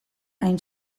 hain